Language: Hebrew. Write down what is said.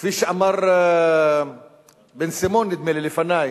כפי שאמר בן-סימון, נדמה לי, לפני,